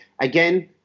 again